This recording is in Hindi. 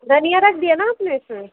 धनिया रख दिया न आपने इसमें